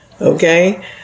Okay